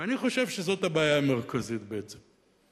ואני חושב שזאת הבעיה המרכזית בעצם.